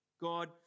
God